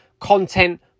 content